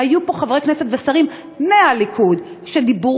היו פה חברי כנסת ושרים מהליכוד שדיברו